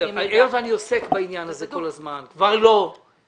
היות ואני עוסק בעניין הזה כל הזמן, זה